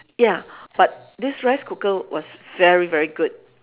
ya but this rice cooker was very very good